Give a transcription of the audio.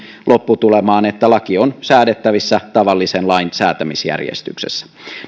lopputulemaan että laki on säädettävissä tavallisen lain säätämisjärjestyksessä